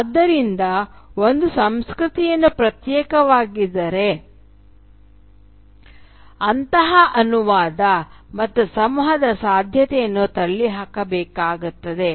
ಆದ್ದರಿಂದ ಒಂದು ಸಂಸ್ಕೃತಿ ಪ್ರತ್ಯೇಕವಾಗಿದರೆ ಅಂತಹ ಅನುವಾದ ಮತ್ತು ಸಂವಹನದ ಸಾಧ್ಯತೆಯನ್ನು ತಳ್ಳಿಹಾಕಬೇಕಾಗುತ್ತದೆ